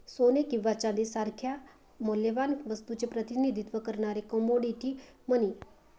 सोने किंवा चांदी सारख्या मौल्यवान वस्तूचे प्रतिनिधित्व करणारे कमोडिटी मनी